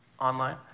online